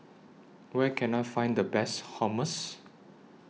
Where Can I Find The Best Hummus